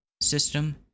system